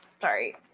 sorry